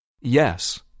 Yes